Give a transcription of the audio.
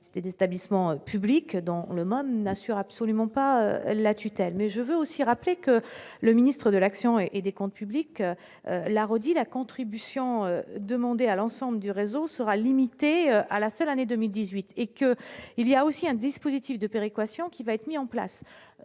c'était des établissements publics dans le môme n'assure absolument pas la tutelle mais je veux aussi rappeler que le ministre de l'action et des Comptes publics l'a redit la contribution demandée à l'ensemble du réseau sera limitée à la seule année 2018 et que il y a aussi un dispositif de péréquation qui va être mis en place